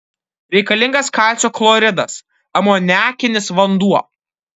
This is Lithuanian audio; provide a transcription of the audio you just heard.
reikalingas kalcio chloridas amoniakinis vanduo